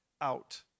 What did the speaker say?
out